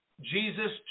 Jesus